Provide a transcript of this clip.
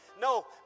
No